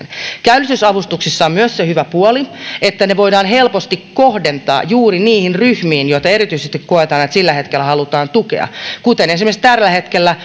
käynnistysavustuksissa on myös se hyvä puoli että ne voidaan helposti kohdentaa juuri niihin ryhmiin joita erityisesti koetaan että sillä hetkellä halutaan tukea kuten esimerkiksi tällä hetkellä